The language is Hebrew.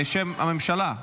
בשם הממשלה.